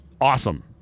awesome